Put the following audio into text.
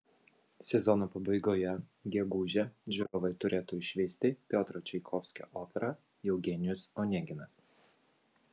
sezono pabaigoje gegužę žiūrovai turėtų išvysti piotro čaikovskio operą eugenijus oneginas